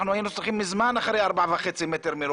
אנחנו היינו צריכים מזמן להיות אחרי 4.5 מ"ר,